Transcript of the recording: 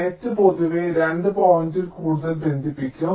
net പൊതുവെ 2 പോയിന്റിൽ കൂടുതൽ ബന്ധിപ്പിക്കും